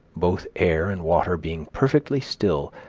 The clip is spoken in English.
both air and water being perfectly still,